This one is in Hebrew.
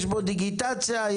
דיגיטציה,